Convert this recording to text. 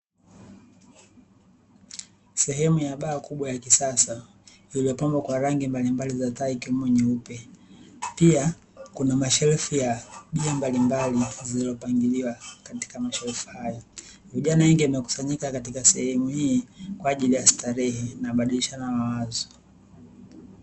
Sehemu ya baa kubwa ya kisasa, iliyopambwa kwa rangi mbalimbali za taa ikiwemo nyeupe. pia kuna mashelfu ya bia mbalimbali zilizopangiliwa katika mashelfu hayo. vijana wengi wamekusanyika katika sehemu hii, kwa ajili ya starehe na kubadilishana mawazo.